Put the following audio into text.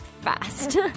fast